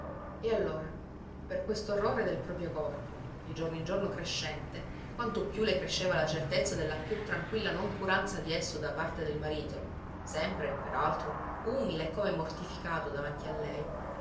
e allora per quest'orrore del proprio corpo di giorno in giorno crescente quanto più le cresceva la certezza della più tranquilla noncuranza di esso da parte del marito sempre per altro umile e come mortificato davanti a lei